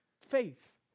Faith